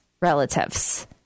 relatives